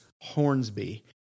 Hornsby